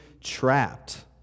trapped